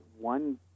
one